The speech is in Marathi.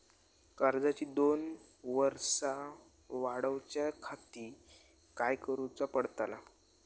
कर्जाची दोन वर्सा वाढवच्याखाती काय करुचा पडताला?